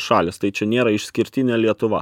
šalys tai čia nėra išskirtinė lietuva